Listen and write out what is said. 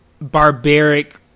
barbaric